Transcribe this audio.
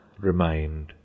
remained